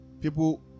people